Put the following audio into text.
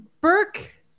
Burke